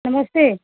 नमस्ते